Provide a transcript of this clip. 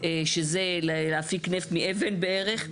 שזה להפיק נפט מאבן בערך.